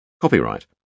Copyright